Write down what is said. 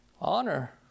honor